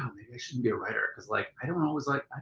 i shouldn't be a writer because like i don't always like